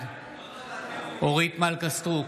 בעד אורית מלכה סטרוק,